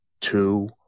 two